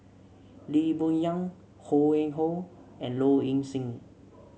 Lee Boon Yang Ho Yuen Hoe and Low Ing Sing